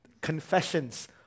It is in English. Confessions